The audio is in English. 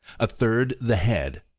a third the head,